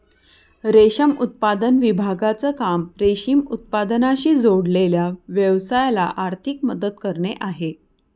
रेशम उत्पादन विभागाचं काम रेशीम उत्पादनाशी जोडलेल्या व्यवसायाला आर्थिक मदत करणे आहे